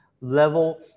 level